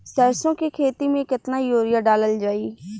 सरसों के खेती में केतना यूरिया डालल जाई?